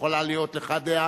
יכולה להיות לך דעה,